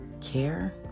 care